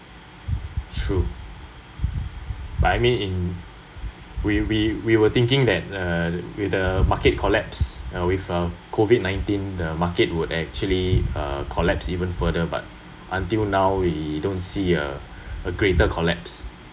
true but I mean in we we we were thinking that uh with the market collapse with uh COVID nineteen the market will actually collapse even further but until now we don't see a a greater collapse